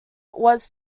was